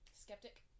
Skeptic